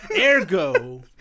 Ergo